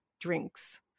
drinks